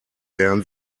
herrn